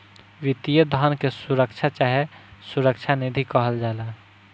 वित्तीय धन के सुरक्षा चाहे सुरक्षा निधि कहल जाला